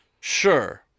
Sure